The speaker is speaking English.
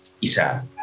Isa